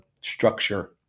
structure